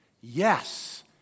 Yes